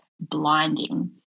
blinding